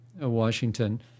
Washington